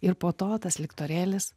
ir po to tas liktorėlis